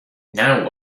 now